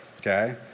okay